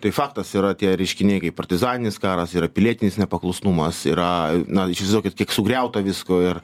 tai faktas yra tie reiškiniai kaip partizaninis karas yra pilietinis nepaklusnumas yra na įsivaizduokit kiek sugriauta visko ir